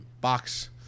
box